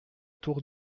tour